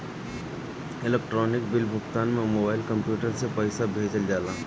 electronic bill भुगतान में mobile, computer से पईसा भेजल जाला